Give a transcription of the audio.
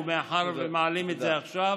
ומאחר שמעלים את זה עכשיו,